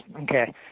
Okay